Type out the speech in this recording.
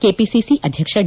KPCC ಅಧ್ಯಕ್ಷ D